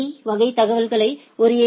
பீ ஆகியவை தகவல்களை ஒரு ஏ